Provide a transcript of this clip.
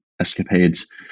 escapades